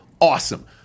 Awesome